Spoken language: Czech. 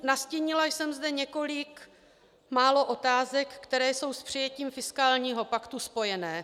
Nastínila jsem zde několik málo otázek, které jsou s přijetím fiskálního paktu spojené.